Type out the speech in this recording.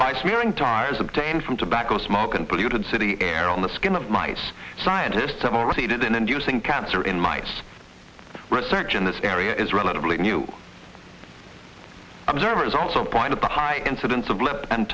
by smearing tires obtained from tobacco smoke and polluted city air on the skin of mice scientists have already did in inducing cancer in mice research in this area is relatively new observers also point out the high incidence of lip and